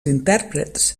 intèrprets